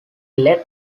led